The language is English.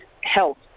health